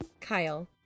Kyle